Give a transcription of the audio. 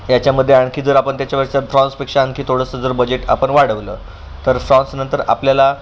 याच्यामध्ये आणखी जर आपण त्याच्यावरचं फ्रॉन्सपेक्षा आणखी थोडंसं जर बजेट आपण वाढवलं तर फ्रॉन्सनंतर आपल्याला